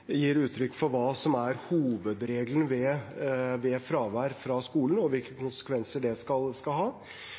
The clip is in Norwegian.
gir uttrykk for hva som er hovedregelen ved fravær fra skolen og hvilke konsekvenser det skal ha.